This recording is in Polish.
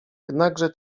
jednakże